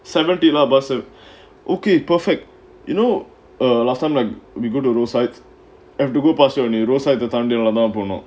seventeen bus ah okay perfect you know err last time like we go to those sites have to go pass your new roadside தாண்டி தான் போனோம்:thaandi thaan ponom